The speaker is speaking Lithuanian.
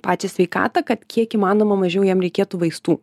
pačią sveikatą kad kiek įmanoma mažiau jam reikėtų vaistų